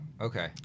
okay